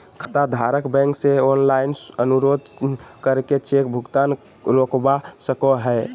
खाताधारक बैंक से ऑनलाइन अनुरोध करके चेक भुगतान रोकवा सको हय